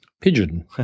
Pigeon